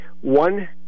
one